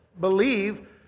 believe